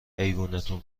ایوونتون